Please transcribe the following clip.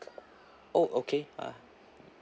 oh okay ah